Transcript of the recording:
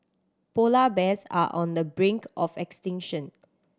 polar bears are on the brink of extinction